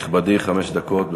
נכבדי, חמש דקות.